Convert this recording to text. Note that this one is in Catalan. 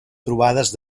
trobades